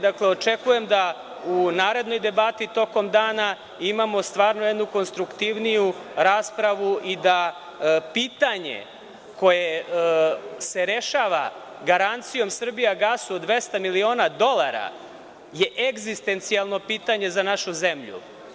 Dakle, očekujem da u narednoj debati tokom dana imamo stvarno jednu konstruktivniju raspravu i da pitanje koje se rešava garancijom „Srbijagas“ od 200 miliona dolara je egzistencijalno pitanje za našu zemlju.